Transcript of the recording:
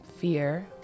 FEAR